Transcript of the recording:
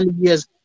years